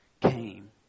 came